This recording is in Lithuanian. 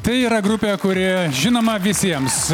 tai yra grupė kuri žinoma visiems